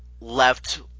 left